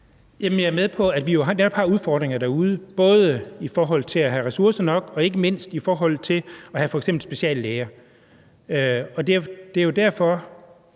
Jeg er med på, at vi jo netop har udfordringer derude, både i forhold til at have ressourcer nok og ikke mindst i forhold til at have f.eks. speciallæger. Det er jo derfor,